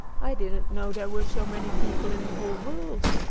i didn't know there were so many people in the whole world.